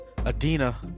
Adina